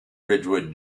ridgewood